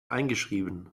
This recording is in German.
eingeschrieben